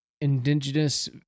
Indigenous